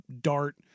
Dart